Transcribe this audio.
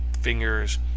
fingers